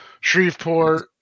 Shreveport